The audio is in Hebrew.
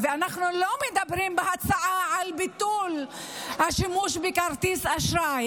אנחנו לא מדברים בהצעה על ביטול השימוש בכרטיס אשראי,